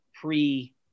pre